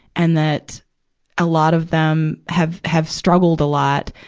and that a lot of them have, have struggled a lot.